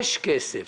יש כסף.